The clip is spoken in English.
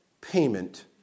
payment